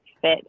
fit